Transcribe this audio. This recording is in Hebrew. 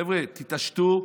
חבר'ה, תתעשתו,